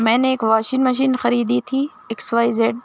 میں نے ایک واشنگ مشین خریدی تھی ایکس وائی زیڈ